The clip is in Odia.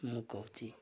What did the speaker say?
ମୁଁ କହୁଛି